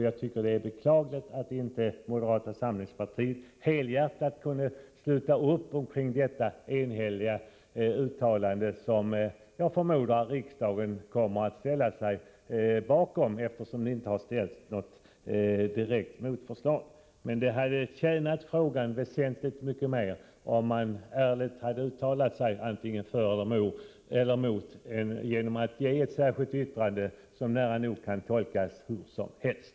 Jag anser att det är beklagligt att moderata samlingspartiet inte helhjärtat kunde sluta upp kring detta enhälliga uttalande, som jag förmodar att riksdagen kommer att ställa sig bakom. Det hade tjänat saken väsentligt mer om man ärligt hade uttalat sig antingen för eller emot, i stället för att avge ett särskilt yttrande som kan tolkas nära nog hur som helst.